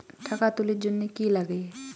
টাকা তুলির জন্যে কি লাগে?